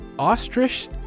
Ostrich